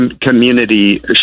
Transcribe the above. community